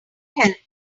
help